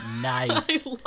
Nice